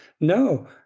No